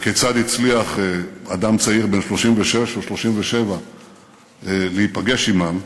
וכיצד הצליח אדם צעיר בן 36 או 37 להיפגש עמם?